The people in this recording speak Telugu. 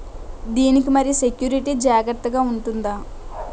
దీని కి మరి సెక్యూరిటీ జాగ్రత్తగా ఉంటుందా?